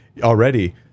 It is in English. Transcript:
already